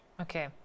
Okay